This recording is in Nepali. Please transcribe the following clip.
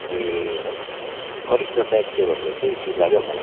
ए है त्यो करिस्मा प्याक के भन्ने चाहिँ ठिक लाग्यो मलाई